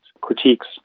critiques